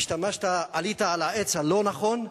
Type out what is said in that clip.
עלית על העץ הלא-נכון,